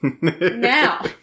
now